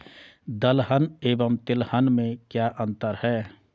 दलहन एवं तिलहन में क्या अंतर है?